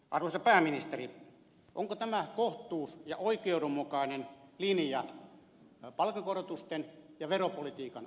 arvoisa pääministeri onko tämä kohtuus ja oikeudenmukainen linja palkankorotusten ja veropolitiikan osalta